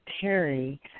Terry